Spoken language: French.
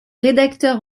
rédacteur